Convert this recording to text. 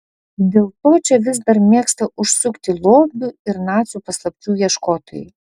dėl to čia vis dar mėgsta užsukti lobių ir nacių paslapčių ieškotojai